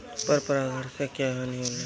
पर परागण से क्या हानि होईला?